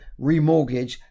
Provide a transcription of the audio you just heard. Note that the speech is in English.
remortgage